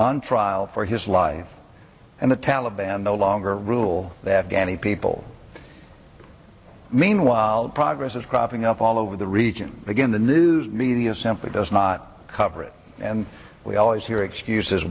on trial for his life and the taliban no longer rule that danny people meanwhile progresses cropping up all over the region again the news media simply does not cover it and we always hear excuses